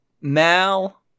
Mal